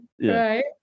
Right